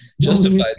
Justified